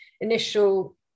Initial